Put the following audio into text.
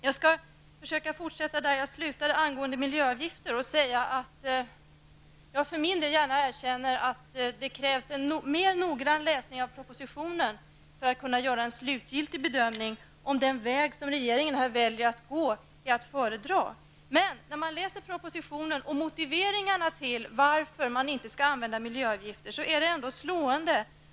Jag skall fortsätta att tala om miljöavgifter där jag slutade i mitt förra inlägg. Jag erkänner gärna att det krävs en noggrannare läsning av propositionen för att kunna göra en slutgiltig bedömning av om den väg som regeringen väljer att gå är att föredra. Motiveringen i propositionen till att man inte skall använda sig av miljöavgifter är slående.